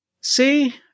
See